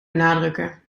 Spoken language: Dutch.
benadrukken